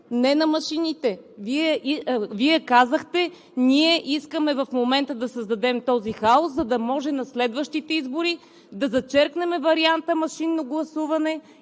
не на машините. Вие казахте: ние искаме в момента да създадем този хаос, за да може на следващите избори да зачеркнем варианта машинно гласуване